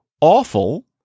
awful